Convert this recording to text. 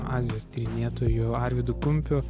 azijos tyrinėtoju arvydu kumpiu